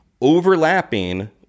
overlapping